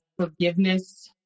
forgiveness